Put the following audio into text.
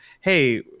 hey